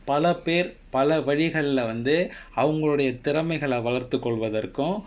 பல பேர் பல வழிகளை வந்து அவர்களுடைய திறமைகளை வளர்த்து கொள்வதற்கும்:pala per pala valikalai vanthu avargaludaiya tiramaigalai valarttu kolvatarrkum